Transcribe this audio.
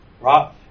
right